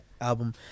album